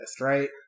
right